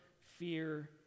fear